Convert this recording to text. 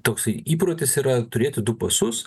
toksai įprotis yra turėti du pasus